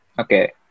Okay